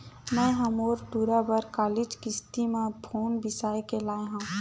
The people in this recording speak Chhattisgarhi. मैय ह मोर टूरा बर कालीच किस्ती म फउन बिसाय के आय हँव